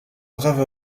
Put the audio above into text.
brave